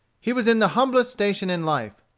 he was in the humblest station in life.